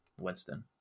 winston